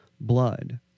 blood